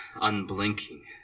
unblinking